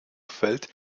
feld